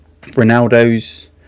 Ronaldo's